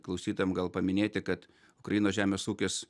klausytojam gal paminėti kad ukrainos žemės ūkis